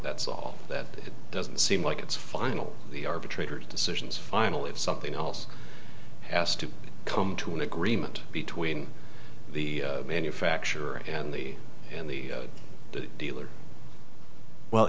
that's all that doesn't seem like it's final the arbitrator decisions final it's something else has to come to an agreement between the manufacturer and the and the dealer well